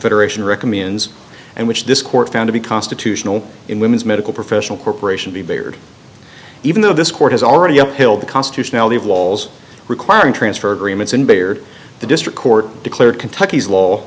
federation recommends and which this court found to be constitutional in women's medical professional corporation be beared even though this court has already uphill the constitutionality of walls requiring transfer agreements and baird the district court declared kentucky's law